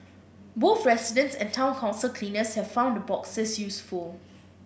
both residents and town council cleaners have found the boxes useful